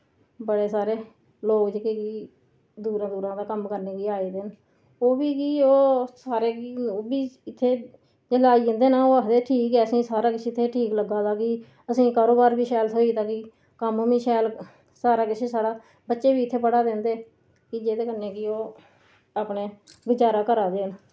बड़े सारे लोक जेह्के कि दूरा दूरा दा कम्म करने गी आए दे न ओह् बी कि ओह् सारें गी ओह् बी इत्थै जिल्लै आई जन्दे न ओह् आखदे ठीक ऐ असें सारा किश इत्थै ठीक लग्गा दा कि असें कारोबार बी शैल थ्होई दा कि कम्म बी शैल सारा किश साढ़ा बच्चे वि इत्थे पढ़ा दे न ते की जेह्दे कन्नै कि ओ अपने गुजारा करा दे न